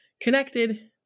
connected